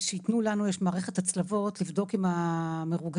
שיתנו לנו יש מערכת הצלבות לבדוק עם המרוגשים.